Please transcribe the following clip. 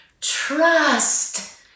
trust